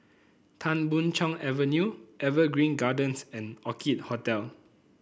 Tan Boon Chong Avenue Evergreen Gardens and Orchid Hotel